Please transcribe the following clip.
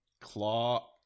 Claw